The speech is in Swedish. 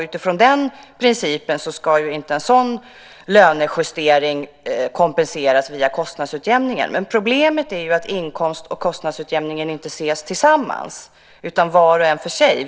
Utifrån den principen ska ju inte en lönejustering kompenseras via kostnadsutjämningen. Problemet är att inkomst och kostnadsutjämningen inte ses tillsammans, utan var och en för sig.